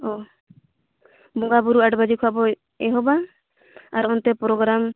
ᱚ ᱵᱚᱸᱜᱟᱵᱩᱨᱩ ᱟᱸᱴ ᱵᱟᱡᱮ ᱠᱷᱚᱱ ᱵᱚ ᱮᱦᱚᱵᱟ ᱟᱨ ᱚᱱᱛᱮ ᱯᱨᱳᱜᱨᱟᱢ